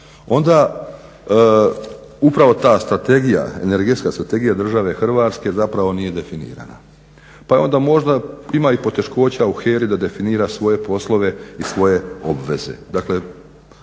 onda upravo ta energetska strategija države Hrvatske zapravo nije definirana. Pa onda možda ima poteškoća u HERA-i da definira svoje poslove i svoje obveze.